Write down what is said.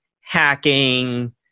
hacking